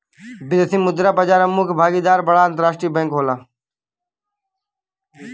विदेशी मुद्रा बाजार में मुख्य भागीदार बड़ा अंतरराष्ट्रीय बैंक होला